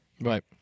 Right